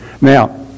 now